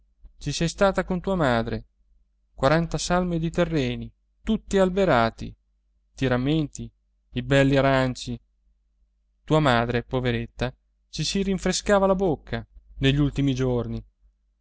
ci sei stata con tua madre quaranta salme di terreni tutti alberati ti rammenti i belli aranci anche tua madre poveretta ci si rinfrescava la bocca negli ultimi giorni